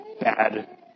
bad